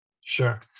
sure